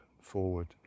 forward